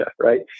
right